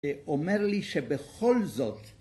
‫שאומר לי שבכל זאת...